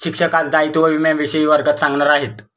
शिक्षक आज दायित्व विम्याविषयी वर्गात सांगणार आहेत